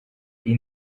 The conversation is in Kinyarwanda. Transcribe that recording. iyi